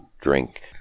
drink